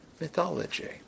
mythology